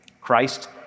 Christ